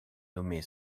nommée